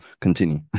continue